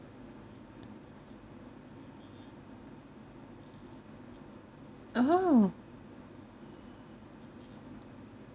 (uh huh)